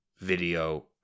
video